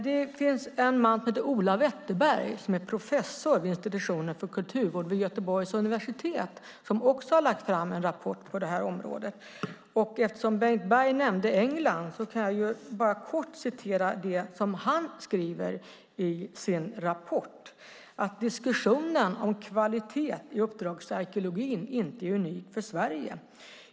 Det finns en man som heter Ola Wetterberg som är professor vid institutionen för kulturvård vid Göteborgs universitet. Också han har lagt fram en rapport på området. Eftersom Bengt Berg nämnde England kan jag kort återge vad Ola Wetterberg skriver i sin rapport: Diskussionen om kvalitet i uppdragsarkeologin är inte unik för Sverige.